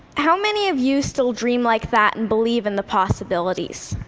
how many of you still dream like that, and believe in the possibilities?